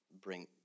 bring